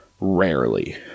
Rarely